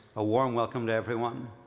a warm welcome to everyone.